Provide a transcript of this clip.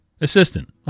Assistant